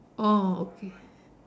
oh okay